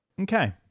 Okay